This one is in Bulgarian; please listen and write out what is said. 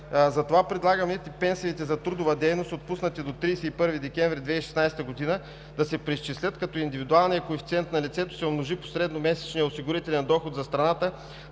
Затова предлагаме пенсиите за трудова дейност, отпуснати до 31 декември 2016 г., да се преизчислят, като индивидуалният коефициент на лицето се умножи по средномесечния осигурителен доход за страната